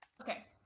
Okay